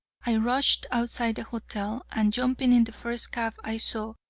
i rushed outside the hotel, and, jumping in the first cab i saw,